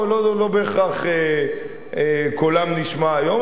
לא בהכרח קולם נשמע היום,